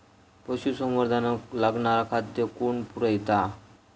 पशुसंवर्धनाक लागणारा खादय कोण पुरयता?